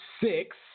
six